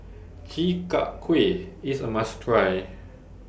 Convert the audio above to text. Chi Kak Kuih IS A must Try